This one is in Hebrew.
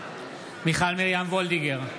מיכל מרים וולדיגר,